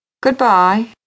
Goodbye